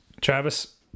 Travis